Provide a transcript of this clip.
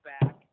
back